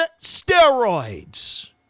steroids